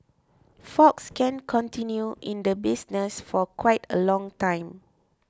fox can continue in the business for quite a long time